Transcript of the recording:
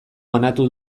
banatu